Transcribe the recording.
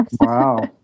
Wow